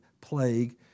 plague